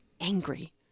angry